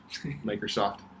Microsoft